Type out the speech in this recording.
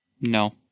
No